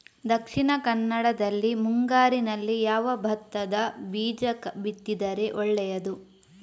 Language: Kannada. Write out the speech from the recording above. ದಕ್ಷಿಣ ಕನ್ನಡದಲ್ಲಿ ಮುಂಗಾರಿನಲ್ಲಿ ಯಾವ ಭತ್ತದ ಬೀಜ ಬಿತ್ತಿದರೆ ಒಳ್ಳೆಯದು?